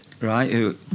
right